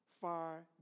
far